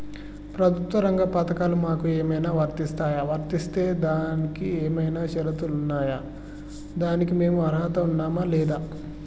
ప్రభుత్వ రంగ పథకాలు మాకు ఏమైనా వర్తిస్తాయా? వర్తిస్తే దానికి ఏమైనా షరతులు ఉన్నాయా? దానికి మేము అర్హత ఉన్నామా లేదా?